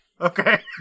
Okay